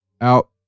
Out